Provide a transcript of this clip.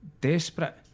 desperate